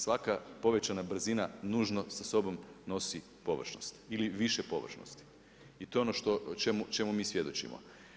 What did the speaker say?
Svaka povećana brzina nužno sa sobom nosi površnost ili više površnosti i to je ono čemu mi svjedočimo.